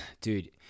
Dude